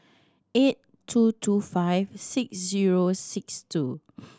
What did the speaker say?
eight two two five six zero six two